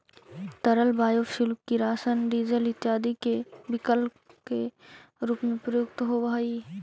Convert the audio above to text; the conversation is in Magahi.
तरल बायोफ्यूल किरासन, डीजल इत्यादि के विकल्प के रूप में प्रयुक्त होवऽ हई